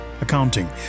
accounting